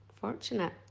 fortunate